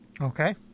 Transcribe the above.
Okay